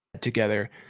together